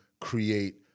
create